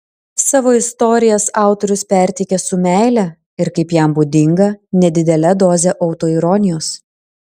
savo istorijas autorius perteikia su meile ir kaip jam būdinga nedidele doze autoironijos